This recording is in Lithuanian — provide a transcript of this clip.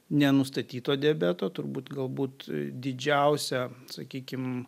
nenustatyto diabeto turbūt galbūt didžiausia sakykim